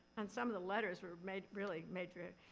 and some of the letters were made, really made, you